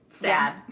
Sad